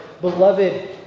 Beloved